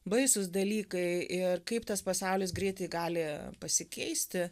baisūs dalykai ir kaip tas pasaulis greitai gali pasikeisti